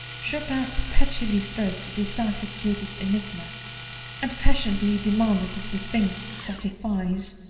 chopin perpetually strove to decipher beauty's enigma and passionately demanded of the sphinx that defies